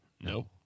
no